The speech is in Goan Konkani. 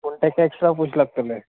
पूण ताका एक्श्ट्रा पयश लागतले